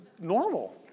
Normal